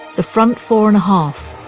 the front four-and-a-half.